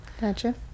Gotcha